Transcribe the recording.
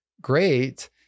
great